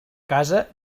casa